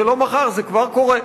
זה לא מחר, זה כבר קורה.